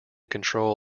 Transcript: control